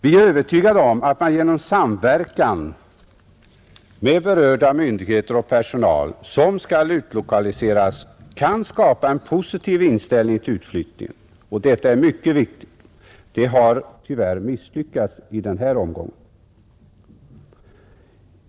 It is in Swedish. Vi är övertygade om att man genom samverkan med berörda myndigheter och personal, som skall utlokaliseras, kan skapa en positiv inställning till utflyttningen. Detta är mycket viktigt. Det har tyvärr misslyckats i denna omgång.